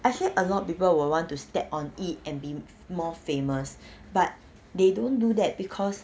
I feel a lot of people will want to step on it and be more famous but they don't do that because